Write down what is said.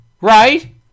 right